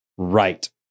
right